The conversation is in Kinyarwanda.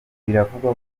biravugwa